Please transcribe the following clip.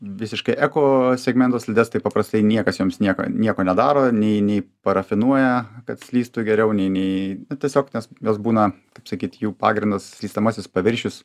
visiškai ekosegmento slides taip paprastai niekas joms nieko nieko nedaro nei nei parafinuoja kad slystu geriau nei nei tiesiog nes jos būna kaip sakyt jų pagrindas slystamasis paviršius